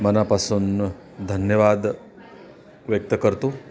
मनापासून धन्यवाद व्यक्त करतो